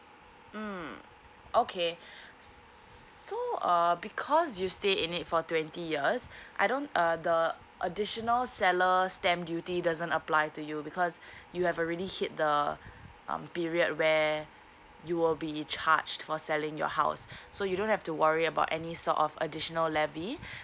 mm okay so uh because you stay in it for twenty years I don't uh the additional seller stamp duty doesn't apply to you because you have already hit the um period where you will be charged for selling your house so you don't have to worry about any sort of additional levy